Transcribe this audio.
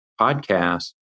podcast